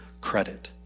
credit